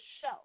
show